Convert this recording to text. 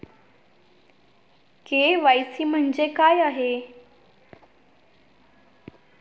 KYC म्हणजे काय आहे?